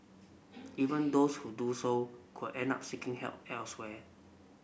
even those who do so could end up seeking help elsewhere